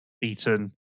Beaten